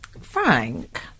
Frank